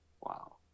wow